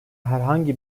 herhangi